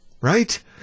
right